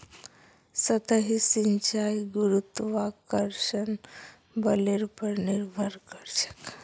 सतही सिंचाई गुरुत्वाकर्षण बलेर पर निर्भर करछेक